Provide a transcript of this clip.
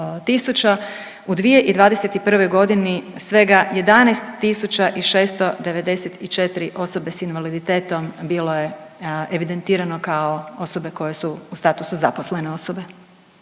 u 2021. godini svega 11 tisuća i 694 osobe s invaliditetom bilo je evidentirano kao osobe koje su u statusu zaposlene osobe.